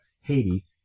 Haiti